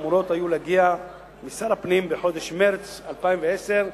שהיו אמורות להגיע משר הפנים בחודש מרס 2010,